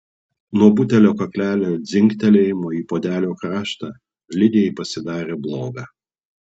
nuo butelio kaklelio dzingtelėjimo į puodelio kraštą lidijai pasidarė bloga